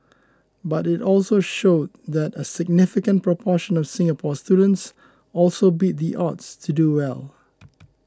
but it also showed that a significant proportion of Singapore students also beat the odds to do well